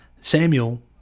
Samuel